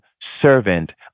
servant